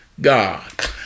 God